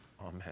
Amen